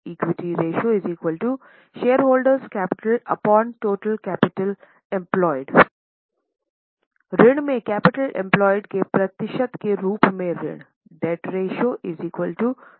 Equity Ratio Shareholder's Equity Total Capital Employed ऋण में capital employed के प्रतिशत के रूप में ऋण